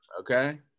okay